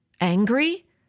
Angry